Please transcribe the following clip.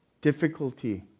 difficulty